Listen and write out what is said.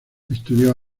estudió